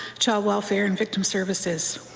child welfare and victim services.